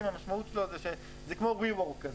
המשמעות של מרכזי עסקים זה כמו we work,